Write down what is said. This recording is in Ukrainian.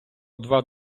два